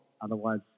otherwise